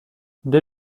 dès